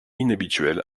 inhabituel